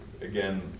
Again